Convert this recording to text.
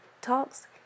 Talks